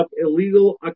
illegal